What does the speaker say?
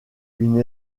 une